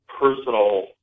personal